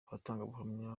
abatangabuhamya